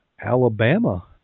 Alabama